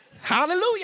hallelujah